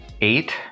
eight